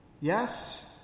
Yes